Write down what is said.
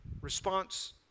response